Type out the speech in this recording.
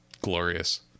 glorious